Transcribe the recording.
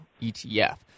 ETF